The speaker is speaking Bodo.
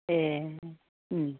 ए